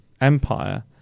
empire